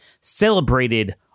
celebrated